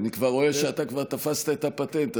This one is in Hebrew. אני רואה שאתה כבר תפסת את הפטנט,